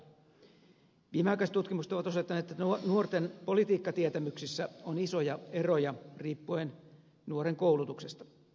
viimeaikaiset tutkimukset ovat osoittaneet että nuorten politiikkatietämyksissä on isoja eroja riippuen nuoren koulutuksesta